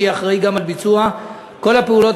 שיהיה אחראי גם לביצוע כל הפעולות